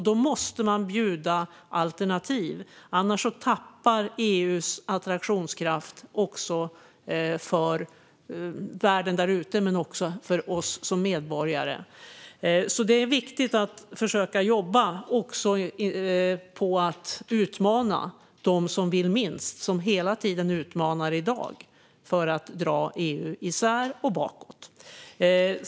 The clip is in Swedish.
Då måste man bjuda alternativ, för annars tappar EU i attraktionskraft för världen där ute men också för oss som medborgare. Det är därför viktigt att försöka jobba också på att utmana dem som vill minst och som hela tiden utmanar i dag för att dra EU isär och bakåt.